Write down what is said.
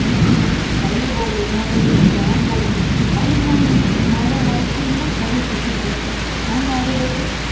ಇನ್ನೊಬ್ಬರನ್ನ ಕರೀಬೋದು ಇನ್ನೊಬ್ಬರಿಗೆ ಹಿಂಗ್ ಮಾಡ್ಬೋದು ಅವ್ರಿಗ ನಾನು ಮಾಡೋ ವರ್ಕ್ಲಿಂದ ಅವ್ರಿಗ ಖುಷಿ ಕೊಡುತ್ತೆ ನಾನು ಮಾಡಿರೋದು